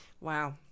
Wow